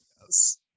yes